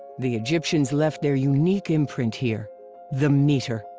the egyptians left their unique imprint here the meter.